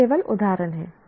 ये केवल उदाहरण हैं